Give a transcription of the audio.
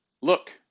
Look